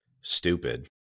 stupid